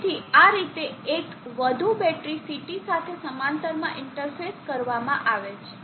તેથી આ રીતે એક વધુ બેટરી CT સાથે સમાંતરમાં ઇન્ટરફેસ કરવામાં આવે છે